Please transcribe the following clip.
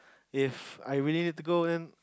If I really to go then